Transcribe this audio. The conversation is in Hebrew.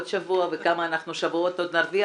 אז עוד שבוע, וכמה שבועות עוד נרוויח?